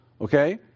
okay